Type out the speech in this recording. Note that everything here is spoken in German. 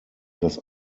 das